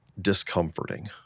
discomforting